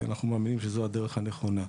כי אנחנו מאמינים שזו הדרך הנכונה.